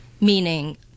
meaning